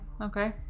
okay